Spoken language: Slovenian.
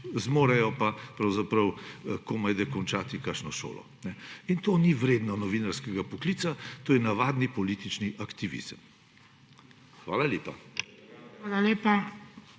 zmorejo pa pravzaprav komajda končati kakšno šolo. In to ni vredno novinarskega poklica, to je navadni politični aktivizem. Hvala lepa.